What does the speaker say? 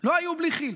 לא היו בלי כי"ל.